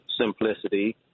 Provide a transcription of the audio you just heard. simplicity